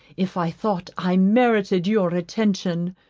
if i thought i merited your attention